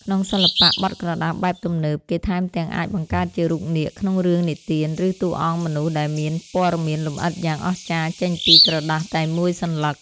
ក្នុងសិល្បៈបត់ក្រដាសបែបទំនើប គេថែមទាំងអាចបង្កើតជារូបនាគក្នុងរឿងនិទាន ឬតួអង្គមនុស្សដែលមានព័ត៌មានលម្អិតយ៉ាងអស្ចារ្យចេញពីក្រដាសតែមួយសន្លឹក។